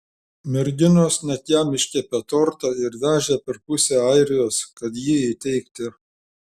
merginos net jam iškepė tortą ir vežė per pusę airijos kad jį įteikti